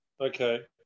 okay